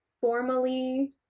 formally